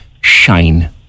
Shine